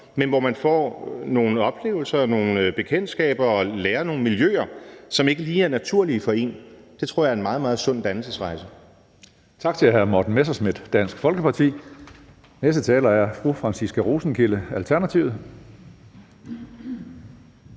men hvor man får nogle oplevelser og nogle bekendtskaber og lærer nogle miljøer at kende, som ikke lige er naturlige for en? Det tror jeg er en meget, meget sund dannelsesrejse. Kl. 16:29 Tredje næstformand (Karsten Hønge): Tak til hr. Morten Messerschmidt, Dansk Folkeparti. Den næste taler er fru Franciska Rosenkilde, Alternativet.